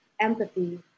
empathy